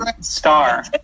star